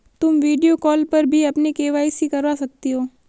तुम video call पर भी अपनी के.वाई.सी करवा सकती हो